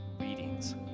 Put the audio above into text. readings